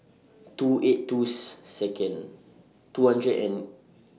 two eight two's Second two hundred and N